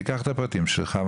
תיקח את הפרטים שלך,